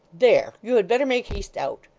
there you had better make haste out